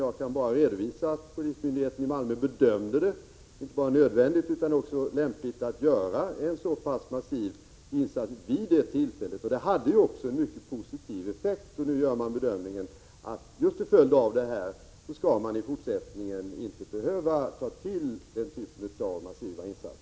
Jag kan bara redovisa att polismyndigheten i Malmö bedömde det inte bara nödvändigt utan också lämpligt att göra en sådan massiv insats vid det då aktuella tillfället. Det blev ju också en mycket positiv effekt. Nu bedömer polisen att till följd av denna insats skall det i fortsättningen inte vara nödvändigt att ta till den typen av massiva insatser.